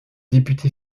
député